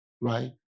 right